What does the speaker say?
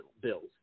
bills